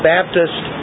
Baptist